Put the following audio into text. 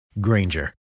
Granger